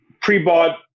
pre-bought